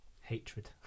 Hatred